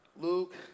Luke